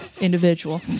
individual